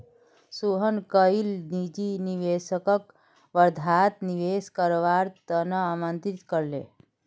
सोहन कईल निजी निवेशकक वर्धात निवेश करवार त न आमंत्रित कर ले